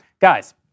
Guys